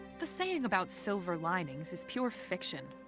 the saying about silver linings is pure fiction.